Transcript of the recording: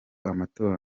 amatora